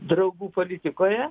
draugų politikoje